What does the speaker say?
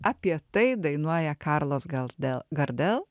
apie tai dainuoja karlos galdel gardel